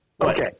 okay